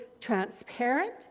transparent